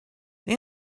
they